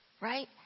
Right